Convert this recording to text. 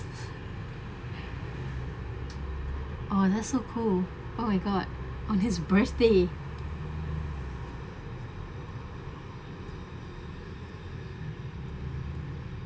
oh that's so cool oh my god on his birthday